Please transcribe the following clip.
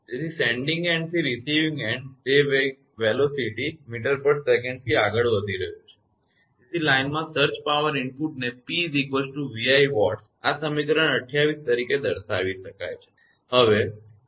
તેથી sending end થી receiving end તે વેગ v meter per second થી આગળ વધી રહ્યું છે તેથી લાઇનમાં સર્જ પાવર ઇનપુટને 𝑃 𝑉𝑖 Watts આ સમીકરણ 28 તરીકે દર્શાવી શકાય છે